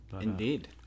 Indeed